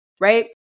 right